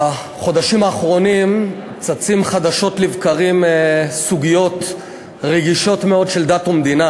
בחודשים האחרונים צצות חדשות לבקרים סוגיות רגישות מאוד של דת ומדינה,